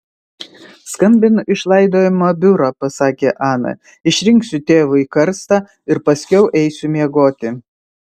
skambinu iš laidojimo biuro pasakė ana išrinksiu savo tėvui karstą ir paskiau eisiu miegoti